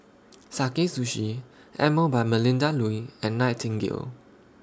Sakae Sushi Emel By Melinda Looi and Nightingale